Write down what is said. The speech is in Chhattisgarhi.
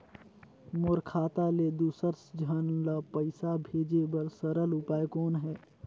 मोर खाता ले दुसर झन ल पईसा भेजे बर सरल उपाय कौन हे?